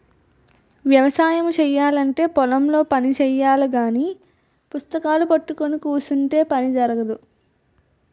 వ్యవసాయము చేయాలంటే పొలం లో పని చెయ్యాలగాని పుస్తకాలూ పట్టుకొని కుసుంటే పని జరగదు